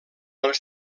els